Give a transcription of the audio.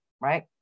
right